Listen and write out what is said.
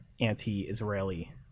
anti-Israeli